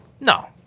No